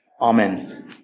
Amen